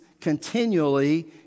continually